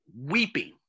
weeping